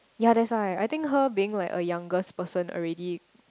yea that's why I think her being like a youngest person already